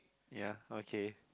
ya okay